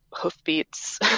hoofbeats